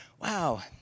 wow